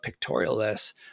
pictorialists